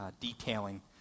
detailing